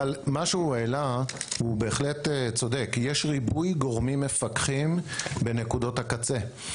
אבל הוא העלה משהו והוא צודק יש ריבוי גורמים מפקחים בנקודות הקצה.